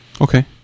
okay